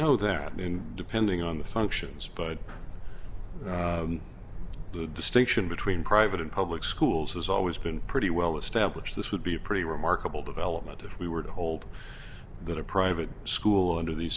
know that and depending on the functions but the distinction between private and public schools has always been pretty well established this would be a pretty remarkable development if we were to hold that a private school under these